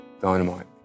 Dynamite